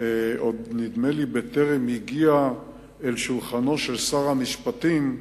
נדמה לי שעוד בטרם הגיעו אל שולחנו של שר המשפטים,